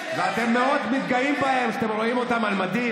ואתם מאוד מתגאים בהם כשאתם רואים אותם על מדים,